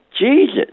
Jesus